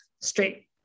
straight